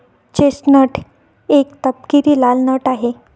chestnut एक तपकिरी लाल नट आहे